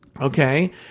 Okay